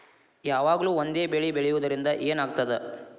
ಯಾವಾಗ್ಲೂ ಒಂದೇ ಬೆಳಿ ಬೆಳೆಯುವುದರಿಂದ ಏನ್ ಆಗ್ತದ?